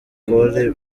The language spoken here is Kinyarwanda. cole